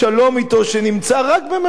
שנמצא רק במרחק נגיעה,